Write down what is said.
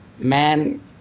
Man